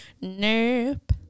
Nope